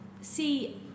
See